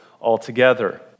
altogether